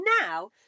now